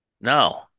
No